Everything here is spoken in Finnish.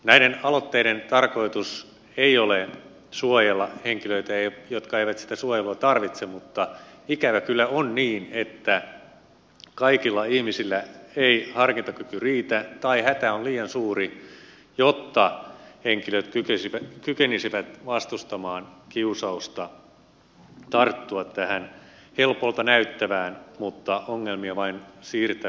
näiden aloitteiden tarkoitus ei ole suojella henkilöitä jotka eivät sitä suojelua tarvitse mutta ikävä kyllä on niin että kaikilla ihmisillä ei harkintakyky riitä tai hätä on liian suuri jotta henkilöt kykenisivät vastustamaan kiusausta tarttua tähän helpolta näyttävään mutta ongelmia vain siirtävään toimenpiteeseen